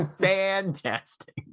Fantastic